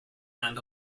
land